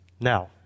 Now